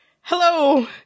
hello